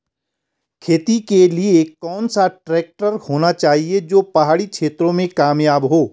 खेती के लिए कौन सा ट्रैक्टर होना चाहिए जो की पहाड़ी क्षेत्रों में कामयाब हो?